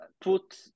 put